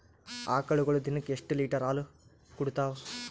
ಆಕಳುಗೊಳು ದಿನಕ್ಕ ಎಷ್ಟ ಲೀಟರ್ ಹಾಲ ಕುಡತಾವ?